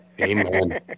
Amen